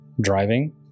driving